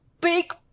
big